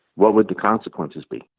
what would the consequences be?